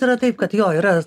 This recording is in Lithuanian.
yra taip kad jo yra